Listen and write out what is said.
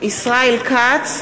ישראל כץ,